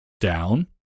down